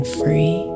free